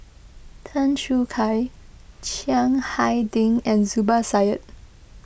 Tan Choo Kai Chiang Hai Ding and Zubir Said